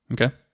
Okay